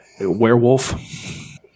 Werewolf